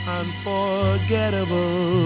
unforgettable